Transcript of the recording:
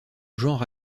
genre